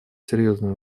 серьезную